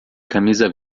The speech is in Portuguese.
camisa